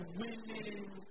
winning